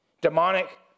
demonic